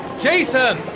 Jason